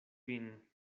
vin